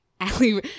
ali